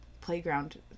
Playground